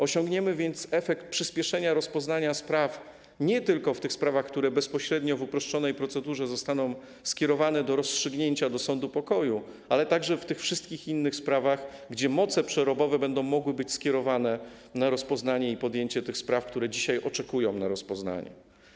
Osiągniemy więc efekt przyspieszenia rozpoznania spraw nie tylko w tych sprawach, które bezpośrednio w uproszczonej procedurze zostaną skierowane do rozstrzygnięcia do sądu pokoju, ale także w tych wszystkich innych sprawach, gdzie moce przerobowe będą mogły być skierowane na rozpoznanie i podjęcie tych spraw, które dzisiaj oczekują na rozpoznanie.